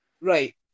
Right